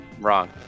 Wrong